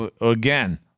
again